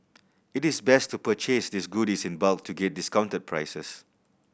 it is best to purchase these goodies in bulk to get discounted prices